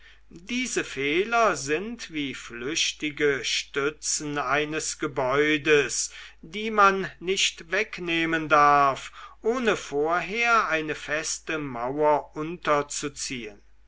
diese fehler sind wie flüchtige stützen eines gebäudes die man nicht wegnehmen darf ohne vorher eine feste mauer unterzuziehen